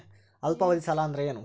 ಅಲ್ಪಾವಧಿ ಸಾಲ ಅಂದ್ರ ಏನು?